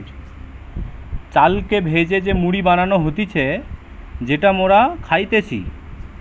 চালকে ভেজে যে মুড়ি বানানো হতিছে যেটা মোরা খাইতেছি